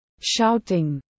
Shouting